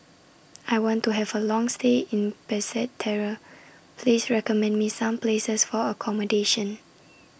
I want to Have A Long stay in Basseterre Please recommend Me Some Places For accommodation